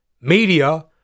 media